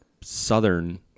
Southern